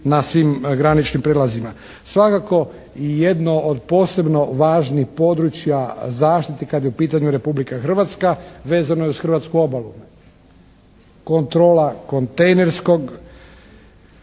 na svim graničnim prijelazima. Svakako i jedno od posebno važnih područja zaštite kad je u pitanju Republika Hrvatska vezano je uz hrvatsku obalu. Kontrola kontejnerskog